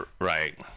right